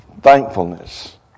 thankfulness